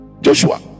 Joshua